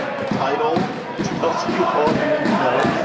the title tells you all you need to know.